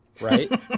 right